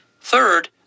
Third